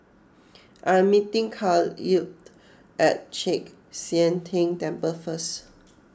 I am meeting Kahlil at Chek Sian Tng Temple first